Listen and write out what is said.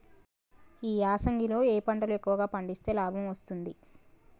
ఈ యాసంగి లో ఏ పంటలు ఎక్కువగా పండిస్తే లాభం వస్తుంది?